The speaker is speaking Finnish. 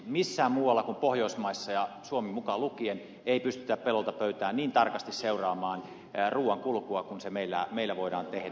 missään muualla kuin pohjoismaissa suomi mukaan lukien ei pystytä pellolta pöytään niin tarkasti seuraamaan ruuan kulkua kuin se meillä voidaan tehdä